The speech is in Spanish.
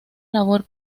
labor